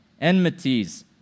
enmities